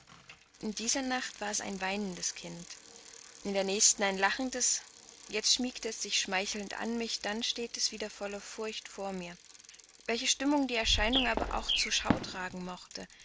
in dieser nacht war es ein weinendes kind in der nächsten ein lachendes jetzt schmiegte es sich schmeichelnd an mich dann floh es wieder voll furcht vor mir welche stimmung die erscheinung aber auch zur schau tragen mochte